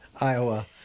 Iowa